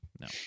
no